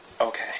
okay